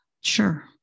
Sure